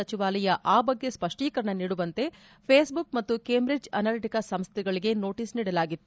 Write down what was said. ಸಚಿವಾಲಯ ಆ ಬಗ್ಗೆ ಸ್ಪಡ್ಡೀಕರಣ ನೀಡುವಂತೆ ಫೇಸ್ಬುಕ್ ಮತ್ತು ಕೇಂಬ್ರಿಡ್ಜ್ ಅನಲಿಟಿಕಾ ಸಂಸೆಗಳಿಗೆ ನೋಟಿಸ್ ನೀಡಲಾಗಿತ್ತು